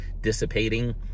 dissipating